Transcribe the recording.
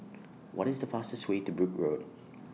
What IS The fastest Way to Brooke Road